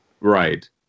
Right